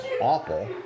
awful